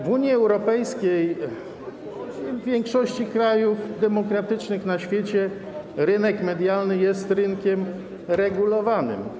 W Unii Europejskiej i w większości krajów demokratycznych na świecie rynek medialny jest rynkiem regulowanym.